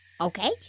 Okay